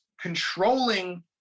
controlling